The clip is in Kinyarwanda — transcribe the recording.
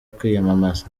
kwiyamamaza